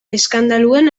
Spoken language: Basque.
eskandaluen